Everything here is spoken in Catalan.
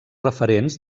referents